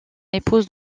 épouse